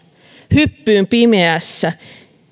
hyppyyn pimeässä